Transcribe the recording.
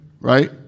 right